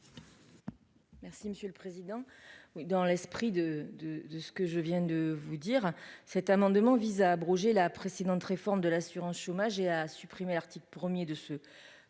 Merci monsieur le président, dans l'esprit de, de, de ce que je viens de vous dire, cet amendement vise à abroger la précédente réforme de l'assurance chômage et à supprimer l'article 1er de ce projet